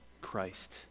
Christ